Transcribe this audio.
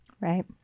right